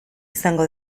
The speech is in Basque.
izango